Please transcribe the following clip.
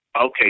okay